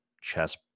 chess